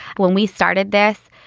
when we started this.